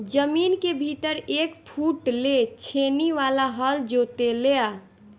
जमीन के भीतर एक फुट ले छेनी वाला हल जोते ला